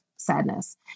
sadness